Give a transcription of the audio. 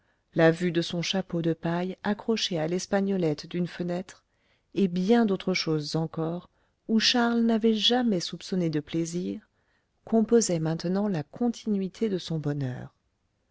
la vue de son chapeau de paille accroché à l'espagnolette d'une fenêtre et bien d'autres choses encore où charles n'avait jamais soupçonné de plaisir composaient maintenant la continuité de son bonheur